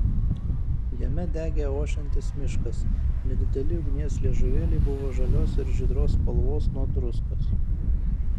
jame degė ošiantis miškas nedideli ugnies liežuvėliai buvo žalios ir žydros spalvos nuo druskos